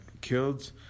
killed